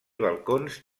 balcons